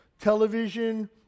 television